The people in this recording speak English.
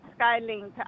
Skylink